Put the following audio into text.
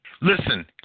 Listen